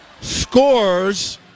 scores